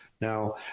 Now